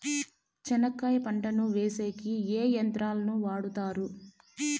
చెనక్కాయ పంటను వేసేకి ఏ యంత్రాలు ను వాడుతారు?